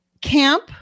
camp